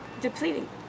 depleting